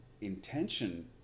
intention